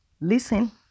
listen